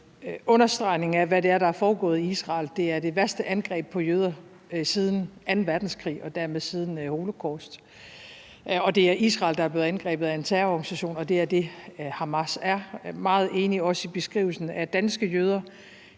understregningen af, hvad det er, der er foregået i Israel. Det er det værste angreb på jøder siden anden verdenskrig og dermed siden holocaust. Det er Israel, der er blevet angrebet af en terrororganisation – det er det, Hamas er. Jeg er også meget enig i beskrivelsen af danske jøder.